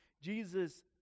Jesus